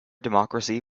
democracy